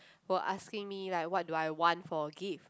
were asking me like what do I want for gift